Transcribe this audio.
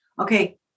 okay